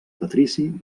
patrici